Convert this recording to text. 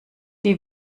die